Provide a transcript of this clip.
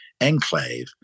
enclave